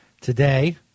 Today